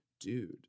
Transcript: Dude